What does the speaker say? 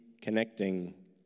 connecting